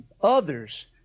others